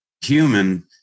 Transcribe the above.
human